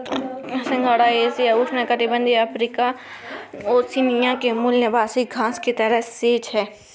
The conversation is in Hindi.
सिंघाड़ा एशिया, उष्णकटिबंधीय अफ्रीका, ओशिनिया के मूल निवासी घास की तरह सेज है